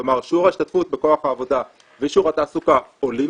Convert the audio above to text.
כלומר שיעור ההשתתפות בכוח העבודה ושיעור התעסוקה עולים